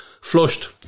flushed